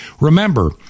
Remember